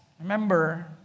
remember